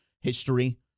history